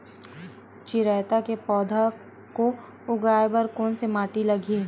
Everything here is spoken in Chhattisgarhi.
चिरैता के पौधा को उगाए बर कोन से माटी लगही?